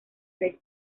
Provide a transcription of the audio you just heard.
seis